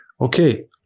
okay